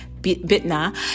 Bitna